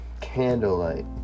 Candlelight